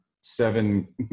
seven